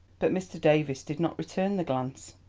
but mr. davies did not return the glance.